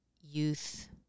Youth